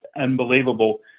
unbelievable